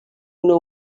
una